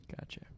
Gotcha